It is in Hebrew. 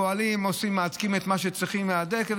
הפועלים מהדקים את מה שצריכים להדק,